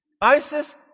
ISIS